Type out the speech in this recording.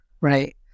right